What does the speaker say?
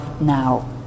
now